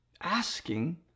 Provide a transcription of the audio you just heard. Asking